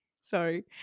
sorry